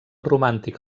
romàntic